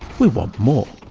we want more.